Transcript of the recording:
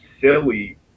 silly